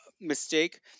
mistake